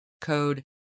Code